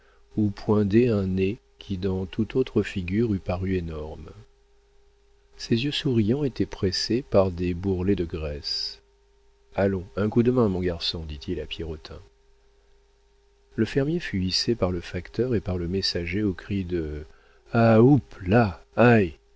où pointait un nez qui dans toute autre figure eût paru énorme ses yeux souriants étaient pressés par des bourrelets de graisse allons un coup de main mon garçon dit-il à pierrotin le fermier fut hissé par le facteur et par le messager au cri de